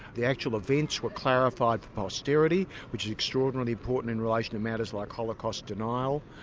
the actual events were clarified for posterity, which is extraordinarily important in relation to matters like holocaust denial,